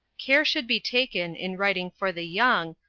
care should be taken in writing for the young,